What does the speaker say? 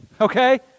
Okay